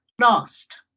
lost